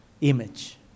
Image